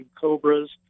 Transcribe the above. Cobras